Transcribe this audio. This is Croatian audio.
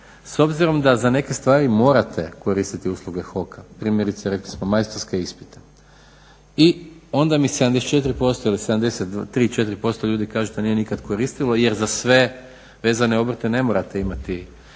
s obzirom da za neke stvari morate koristiti usluge HOK-a primjerice rekli smo majstorske ispite i onda mi se 74% ili 73% ljudi kaže to nije nikad koristilo jer za sve vezane obrte ne morate imati